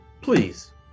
Please